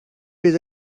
bydd